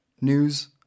news